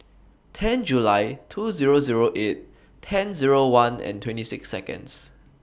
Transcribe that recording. ten July two Zero Zero eight ten Zero one and twenty six Seconds